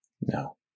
No